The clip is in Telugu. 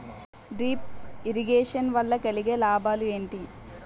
డ్రిప్ ఇరిగేషన్ వల్ల కలిగే లాభాలు ఏంటి?